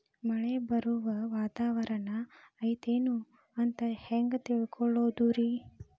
ಮಳೆ ಬರುವ ವಾತಾವರಣ ಐತೇನು ಅಂತ ಹೆಂಗ್ ತಿಳುಕೊಳ್ಳೋದು ರಿ?